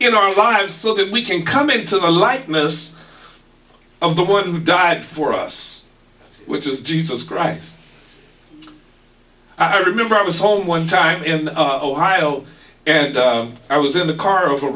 in our lives so that we can come into the likeness of the one who died for us which is jesus christ i remember i was home one time in ohio and i was in the car of a